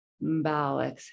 Bow